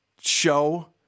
show